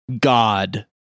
God